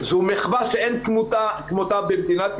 זו מחווה שאין כמותה במדינת ישראל,